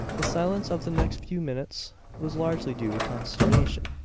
the silence of the next few minutes was largely due to consternation.